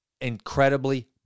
incredibly